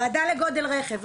ועדה לגודל רכב,